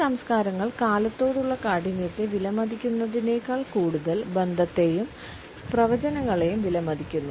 ഈ സംസ്കാരങ്ങൾ കാലത്തോടുള്ള കാഠിന്യത്തെ വിലമതിക്കുന്നതിനേക്കാൾ കൂടുതൽ ബന്ധത്തെയും പ്രവചനങ്ങളെയും വിലമതിക്കുന്നു